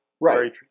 Right